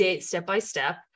step-by-step